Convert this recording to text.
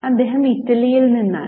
അദ്ദേഹം ഇറ്റലിയിൽ നിന്നാണ്